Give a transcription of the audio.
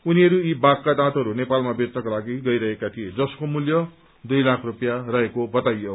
उनीहरू यी बाघका दाँतहरू नेपालमा बेच्नका लागि गइरहेका थिए जसको मूल्य गुप्त बजारमा दुई लाख स्वपियाँ रहेको बताइयो